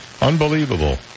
Unbelievable